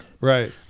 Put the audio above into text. Right